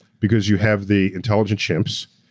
because you have the intelligent chimps,